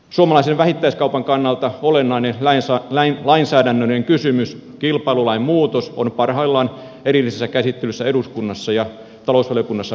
suomalaisen vähittäiskaupan kannalta olennainen lainsäädännöllinen kysymys kilpailulain muutos on parhaillaan erillisessä käsittelyssä eduskunnassa ja talousvaliokunnassa mietinnöllä